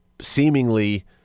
seemingly